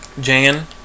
Jan